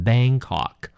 Bangkok